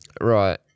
Right